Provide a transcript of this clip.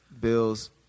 Bills